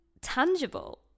tangible